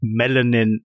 melanin